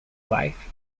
wife